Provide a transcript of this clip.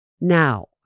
Now